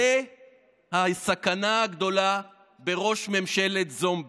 זו הסכנה הגדולה בראש ממשלת זומבי.